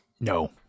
No